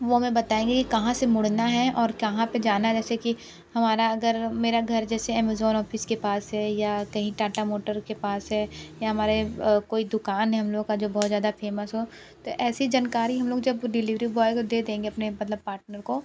वो हमें बताएंगे कि कहाँ से मुड़ना है और कहाँ पे जाना है जैसे कि हमारा अगर मेरा घर जैसे एमेज़ॉन ऑफ़िस के पास है या कहीं टाटा मोटर के पास है या हमारे कोई दुकान है हम लोग का जो बहुत ज़्यादा फ़ेमस हो तो ऐसी जानकारी हम लोग जब डिलिवरी बॉय को दे देंगे अपने मतलब पार्टनर को